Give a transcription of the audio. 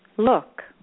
look